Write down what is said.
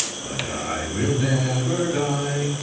but i will never die